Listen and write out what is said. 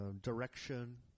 direction